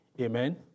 Amen